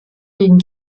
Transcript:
gegen